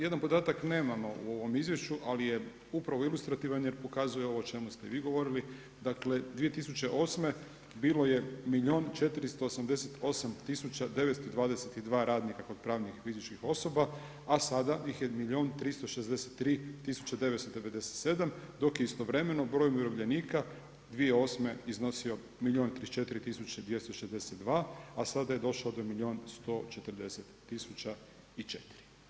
Jedna podatak nemamo u ovom izvješću ali je upravo ilustrativan jer pokazuje ovo o čemu ste vo govorili, dakle 2008. bilo je milijun i 488 922 radnika kod pravnih i fizičkih osoba, a sada ih je milijun i 363 997, dok je istovremeno broj umirovljenika 2008. iznosi milijun i 034 262, a sada je došao do milijun i 140 004.